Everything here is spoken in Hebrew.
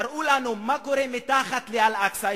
תראו לנו מה קורה מתחת לאל-אקצא,